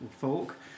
fork